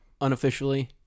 unofficially